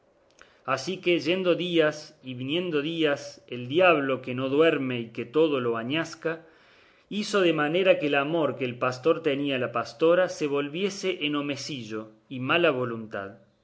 así que yendo días y viniendo días el diablo que no duerme y que todo lo añasca hizo de manera que el amor que el pastor tenía a la pastora se volviese en omecillo y mala voluntad